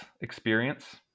experience